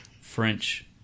French